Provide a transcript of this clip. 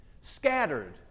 Scattered